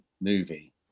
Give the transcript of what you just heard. movie